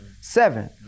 seven